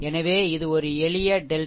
எனவே இது ஒரு எளிய டெல்டா a 1 1 a 1 2 a 1 2